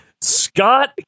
scott